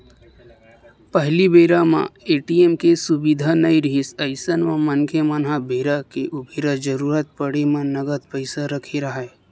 पहिली बेरा म ए.टी.एम के सुबिधा नइ रिहिस अइसन म मनखे मन ह बेरा के उबेरा जरुरत पड़े म नगद पइसा रखे राहय